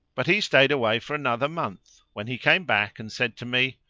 but he stayed away for another month, when he came back and said to me,